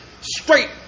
straight